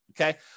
Okay